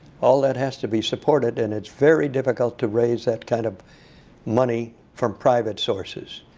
all that has to be supported. and it's very difficult to raise that kind of money from private sources.